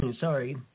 sorry